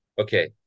Okay